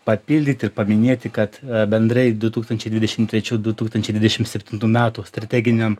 papildyti ir paminėti kad bendrai du tūkstančiai dvidešim trečių du tūkstančiai dvidešim septintų metų strateginiam